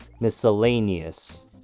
Miscellaneous